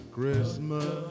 Christmas